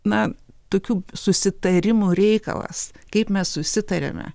na tokių susitarimų reikalas kaip mes susitarėme